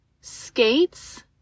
skates